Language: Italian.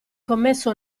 commesso